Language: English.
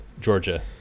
Georgia